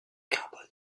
carbone